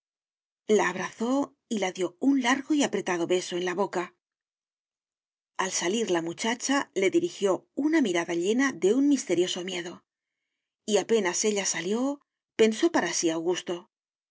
la abrazó y la dio un largo y apretado beso en la boca al salir la muchacha le dirigió una mirada llena de un misterioso miedo y apenas ella salió pensó para sí augusto